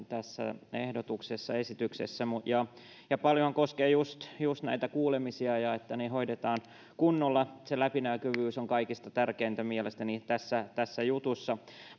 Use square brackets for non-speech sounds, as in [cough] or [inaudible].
[unintelligible] tässä esityksessä ja ne koskevat paljon just just näitä kuulemisia ja sitä että ne hoidetaan kunnolla se läpinäkyvyys on kaikista tärkeintä mielestäni tässä tässä jutussa